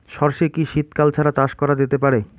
সর্ষে কি শীত কাল ছাড়া চাষ করা যেতে পারে?